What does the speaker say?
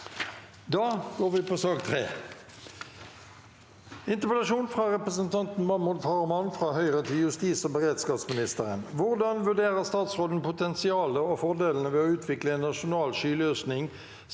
ak nr. 3 Interpellasjon fra representanten Mahmoud Farah- mand til justis- og beredskapsministeren: «Hvordan vurderer statsråden potensialet og fordel- ene ved å utvikle en nasjonal skyløsning